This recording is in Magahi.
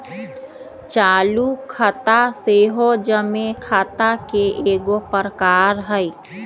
चालू खता सेहो जमें खता के एगो प्रकार हइ